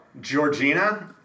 Georgina